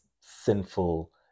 sinful